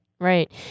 Right